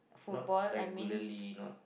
not regularly not